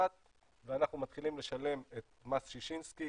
ואנחנו מתחילים לשלם את מס ששינסקי